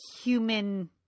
human